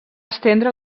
estendre